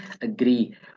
agree